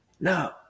no